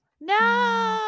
no